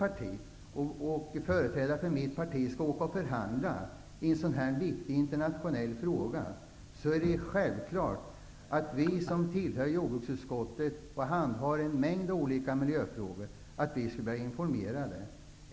Om företrädare för mitt parti skulle ha åkt och förhandlat i en sådan viktig internationell fråga, hade det varit självklart att vi som tillhör jordbruksutskottet och handhar en mängd olika miljöfrågor skulle ha blivit informerade.